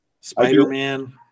Spider-Man